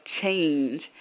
change